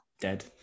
dead